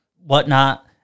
whatnot